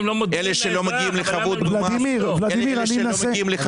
אלה שלא מגיעים לחבות מס לא זכאים לזיכוי.